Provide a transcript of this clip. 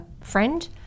friend